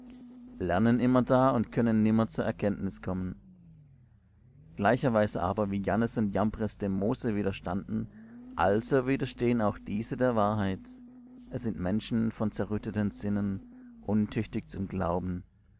lernen immerdar und können nimmer zur erkenntnis kommen gleicherweise aber wie jannes und jambres dem mose widerstanden also widerstehen auch diese der wahrheit es sind menschen von zerrütteten sinnen untüchtig zum glauben